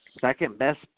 second-best